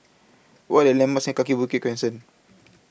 What Are The landmarks Kaki Bukit Crescent